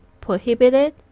Prohibited